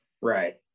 Right